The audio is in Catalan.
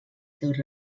seus